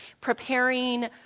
preparing